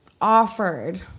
offered